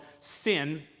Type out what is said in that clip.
sin